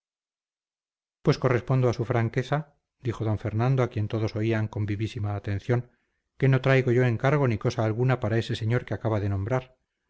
pues correspondo a su franqueza dijo d fernando a quien todos oían con vivísima atención que no traigo yo encargo ni cosa alguna para ese señor que acaba de nombrar